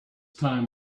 time